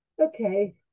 okay